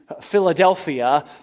Philadelphia